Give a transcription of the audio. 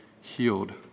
healed